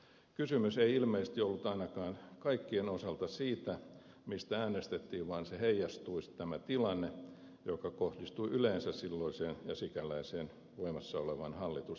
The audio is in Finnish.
kysymys ei ilmeisesti ollut ainakaan kaikkien osalta siitä mistä äänestettiin vaan tämä tilanne heijastui ja kohdistui yleensä silloiseen ja sikäläiseen voimassa olleeseen hallitukseen